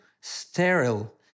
sterile